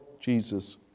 Jesus